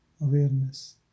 awareness